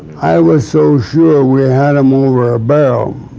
i was so sure we had them over a barrel.